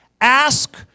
Ask